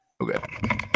okay